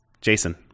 Jason